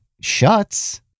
shuts